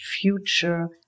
future